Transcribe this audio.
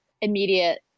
immediate